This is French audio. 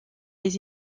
des